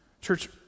Church